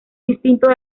distinto